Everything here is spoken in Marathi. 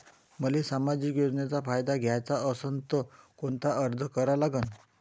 मले सामाजिक योजनेचा फायदा घ्याचा असन त कोनता अर्ज करा लागन?